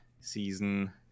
season